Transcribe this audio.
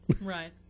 right